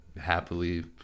happily